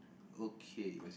okay